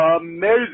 amazing